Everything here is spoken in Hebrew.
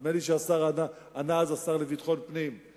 נדמה לי שענה אז השר לביטחון פנים.